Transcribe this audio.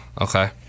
Okay